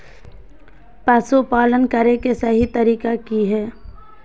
पशुपालन करें के सही तरीका की हय?